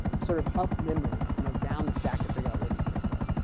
sort of up memory, you know down the stack, to figure out where these things are.